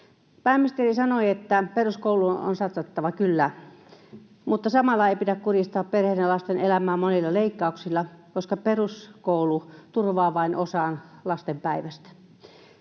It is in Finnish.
Pääministeri sanoi, että peruskouluun on satsattava. Kyllä, mutta samalla ei pidä kurjistaa perheiden ja lasten elämää monilla leikkauksilla, koska peruskoulu turvaa vain osan lasten päivästä.